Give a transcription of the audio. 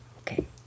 Okay